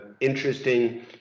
interesting